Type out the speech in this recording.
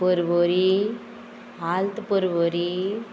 पर्वरी आल्त पर्वरी